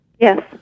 Yes